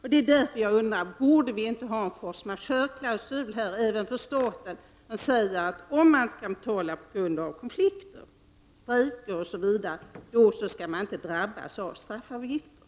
Det är därför jag undrar: Borde vi inte ha en force majeure-klausul även för de fall då staten är inblandad? Den kunde stadga att i de fall man inte kan betala på grund av konflikt, alltså strejk osv., då skall man inte drabbas av straffavgifter.